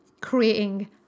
creating